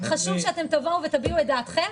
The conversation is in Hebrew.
חשוב שתבואו ותביעו את דעתם.